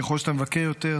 ככל שאתה מבקר יותר,